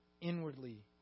inwardly